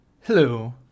Hello